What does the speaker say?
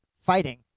fighting